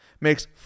makes